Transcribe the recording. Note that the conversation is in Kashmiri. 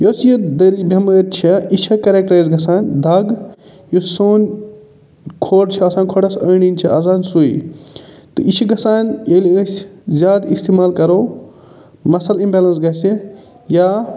یۄس یہِ دٔلۍ بٮ۪مٲرۍ چھےٚ یہِ چھےٚ کَریکٹرایز گژھان دَگ یُس سون کھۄڈ چھِ آسان کھۄڈَس أندۍ أندۍ چھِ آسان سُے تہٕ یہِ چھِ گژھان ییٚلہِ أسۍ زیادٕ استعمال کَرَو مَسل اِمبٮ۪لَنَس گژھِ یا